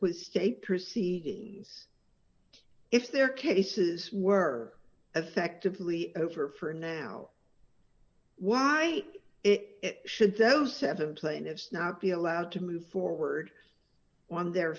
with state proceedings if their cases were effectively over for now why it should those seven plaintiffs not be allowed to move forward on their